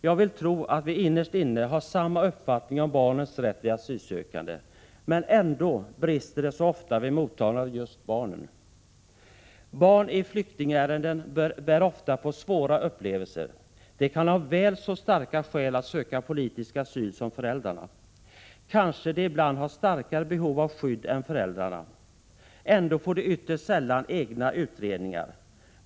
Jag vill tro att vi innerst inne har samma uppfattning om barnens rätt vid asylsökande, men ändå brister det så ofta vid mottagandet av just barnen. Barn i flyktingärenden bär ofta på svåra upplevelser. De kan ha väl så starka skäl att söka politisk asyl som föräldrarna. Ibland har de kanske starkare behov av skydd än föräldrarna. Ändå får de ytterst sällan egna utredningar.